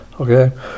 Okay